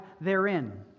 therein